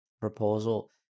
proposal